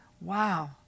wow